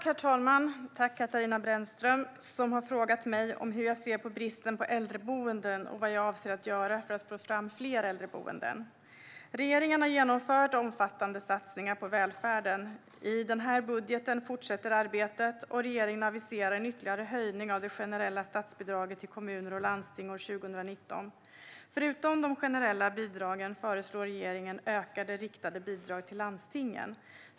Herr talman! Katarina Brännström har frågat mig hur jag ser på bristen på äldreboenden och vad jag avser att göra för att få fram fler äldreboenden. Regeringen har genomfört omfattande satsningar på välfärden. I denna budget fortsätter arbetet, och regeringen aviserar en ytterligare höjning av det generella statsbidraget till kommuner och landsting år 2019. Förutom de generella bidragen föreslår regeringen ökade riktade bidrag till landstingen.